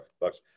bucks